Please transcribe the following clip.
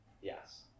Yes